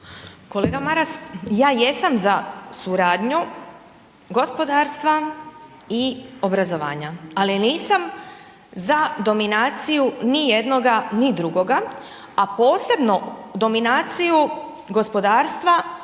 Kolega Maras, ja jesam za suradnju gospodarstva i obrazovanja. Ali nisam za dominaciju ni jednoga ni drugoga, a posebno dominaciju gospodarstva